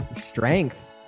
strength